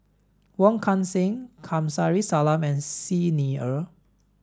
Wong Kan Seng Kamsari Salam and Xi Ni Er